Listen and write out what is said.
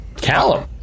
Callum